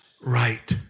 right